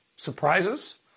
surprises